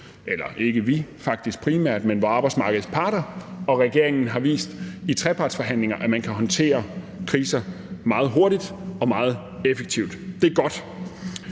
eller faktisk ikke vi primært, men hvor arbejdsmarkedets parter og regeringen i trepartsforhandlinger har vist, at man kan håndtere kriser meget hurtigt og meget effektivt. Det er godt.